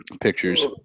pictures